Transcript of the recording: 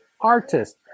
artist